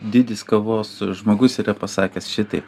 didis kavos žmogus yra pasakęs šitaip